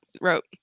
wrote